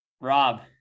Rob